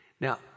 Now